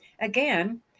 Again